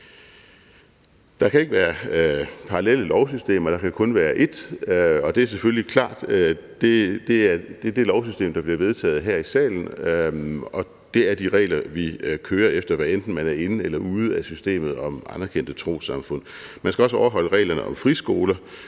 Der kan ikke være parallelle lovsystemer; der kan kun være ét lovsystem, og det er selvfølgelig klart, at det er det lovsystem, der bliver vedtaget her i salen, og det er de regler, vi kører efter, hvad enten man er inde i eller ude af systemet om anerkendte trossamfund. Man skal også overholde reglerne om friskoler.